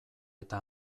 eta